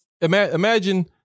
imagine